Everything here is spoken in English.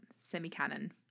Semi-canon